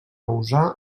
usar